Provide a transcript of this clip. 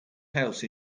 house